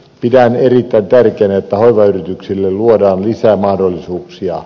pidän erittäin tärkeänä että hoivayrityksille luodaan lisää mahdollisuuksia